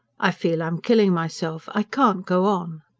i feel i'm killing myself. i can't go on.